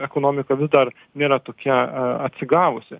ekonomika vis dar nėra tokia atsigavusi